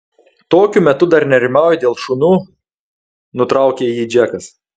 tokiu metu dar nerimauji dėl šunų nutraukė jį džekas